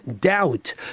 doubt